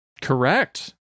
Correct